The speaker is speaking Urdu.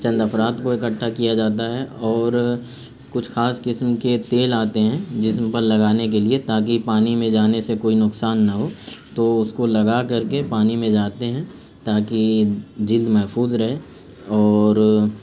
چند افراد کو اکٹھا کیا جاتا ہے اور کچھ خاص قسم کے تیل آتے ہیں جسم پر لگانے کے لیے تاکہ پانی میں جانے سے کوئی نقصان نہ ہو تو اس کو لگا کر کے پانی میں جاتے ہیں تاکہ جلد محفوظ رہے اور